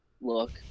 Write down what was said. look